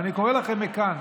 ואני קורא לכם מכאן